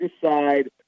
decide